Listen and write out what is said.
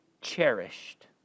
cherished